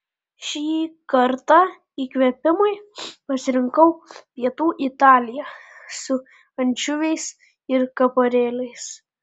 šį kartą įkvėpimui pasirinkau pietų italiją su ančiuviais ir kaparėliais